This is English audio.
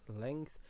length